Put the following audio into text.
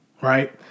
Right